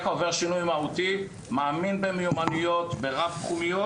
אני ביקרתי אותם בביקור, לא ביקורת.